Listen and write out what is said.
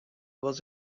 was